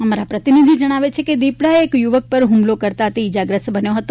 અમારા પ્રતિનિધિ જણાવે છે કે દીપડાએ એક યુવક પર હુમલો કરતાં તે ઇજાગ્રસ્ત બન્યો હતો